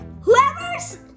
whoever's